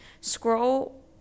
scroll